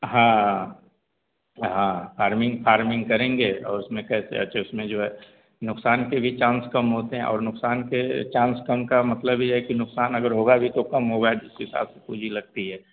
हाँ हाँ farming farming करेंगे और उसमें कैसे अच्छा उसमें जो है नुकसान के भी चांस कम होते हैं और नुकसान के चांस कम का मतलब यह है कि नुकसान अगर होगा भी तो कम होगा जिस हिसाब से पूजी लगती है